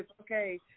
Okay